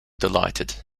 delighted